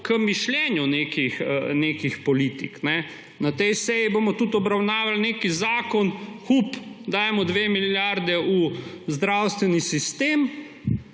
k mišljenju nekih politik. Na tej seji bomo tudi obravnavali nek zakon – Hup, dajmo 2 milijardi v zdravstveni sistem.